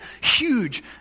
huge